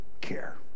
care